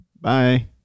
Bye